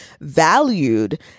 valued